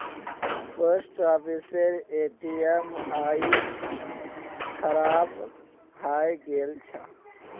post ऑफिसेर ATM आइज खराब हइ गेल छ